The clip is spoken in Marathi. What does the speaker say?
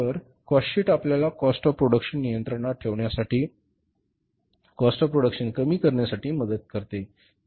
तर कॉस्ट शीट आपल्याला कॉस्ट ऑफ प्रोडक्शन नियंत्रणात ठेवण्यासाठी कॉस्ट ऑफ प्रोडक्शन कमी करण्यासाठी मदत करते